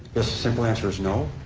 the simple answer is no,